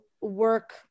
work